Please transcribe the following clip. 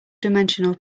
dimensional